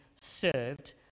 served